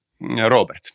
Robert